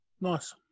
Nice